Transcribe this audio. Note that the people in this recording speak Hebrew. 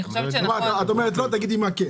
לדוגמה את אומרת לא, תגידי מה כן.